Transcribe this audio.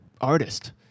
artist